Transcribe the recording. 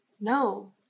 No